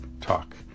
Talk